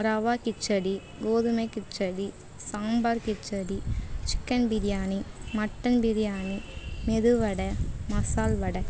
ரவா கிச்சடி கோதுமை khichdi sambar khichdi chicken biryani mutton biryani medu vada masal வடை